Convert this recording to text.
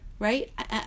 right